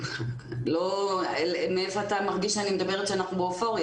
למה אתה מרגיש שאני מדברת כאילו אנחנו באופוריה?